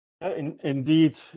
Indeed